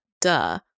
duh